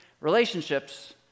relationships